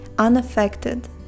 unaffected